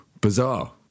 bizarre